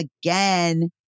again